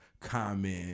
comment